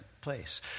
place